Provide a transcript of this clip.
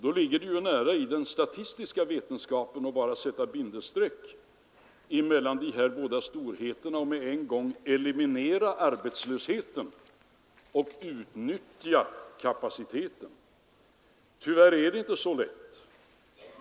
Det ligger statistiskt nära till hands att bara sätta bindestreck mellan dessa storheter och att samtidigt försöka eliminera arbetslösheten och utnyttja kapacitetsutrymmet. Tyvärr är det inte så lätt.